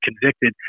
convicted